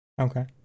Okay